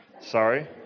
sorry